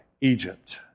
Egypt